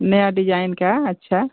नया डिजाइन का अच्छा